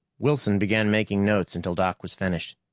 wilson began making notes until doc was finished.